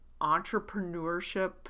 entrepreneurship